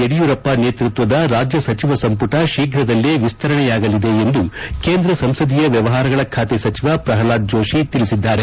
ಯಡಿಯೂರಪ್ಪ ನೇತೃತ್ವದ ರಾಜ್ಯ ಸಚಿವ ಸಂಪುಟ ಶೀಘದಲ್ಲೇ ವಿಸ್ತರಣೆಯಾಗಲಿದೆ ಎಂದು ಕೇಂದ್ರ ಸಂಸದೀಯ ವ್ಯವಹಾರಗಳ ಖಾತೆ ಸಚಿವ ಪ್ರಲ್ವಾದ್ ಜೋಷಿ ತಿಳಿಸಿದ್ದಾರೆ